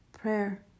Prayer